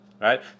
right